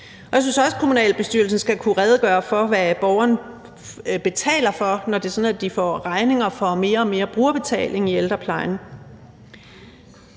jeg synes også, at kommunalbestyrelsen skal kunne redegøre for, hvad borgerne betaler for, når det er sådan, at de får regninger for mere og mere brugerbetaling i ældreplejen.